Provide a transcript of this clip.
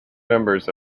members